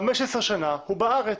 חמש עשרה שנה הוא בארץ,